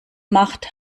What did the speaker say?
macht